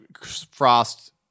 Frost